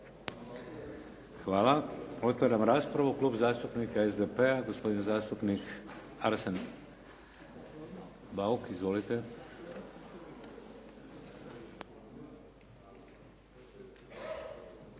Hvala. Otvaram raspravu. Klub zastupnika SDP-a gospodin zastupnik Arsen Bauk. Izvolite. **Bauk,